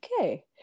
okay